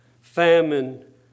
famine